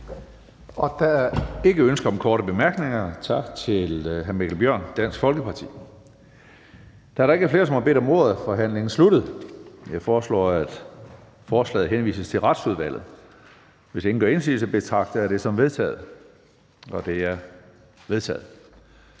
Der er ikke ønske om korte bemærkninger. Tak til hr. Mikkel Bjørn, Dansk Folkeparti. Da der ikke er flere, som har bedt om ordet, er forhandlingen sluttet. Jeg foreslår, at forslaget henvises til Retsudvalget. Hvis ingen gør indsigelse, betragter jeg dette som vedtaget. Det er vedtaget.